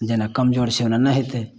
जेना कमजोर छै ओकरा नहि हेतय